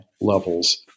levels